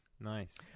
Nice